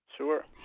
Sure